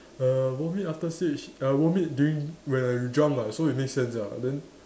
err vomit after stage uh vomit during when I drunk [what] so it makes sense ah then